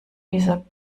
dieser